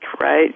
right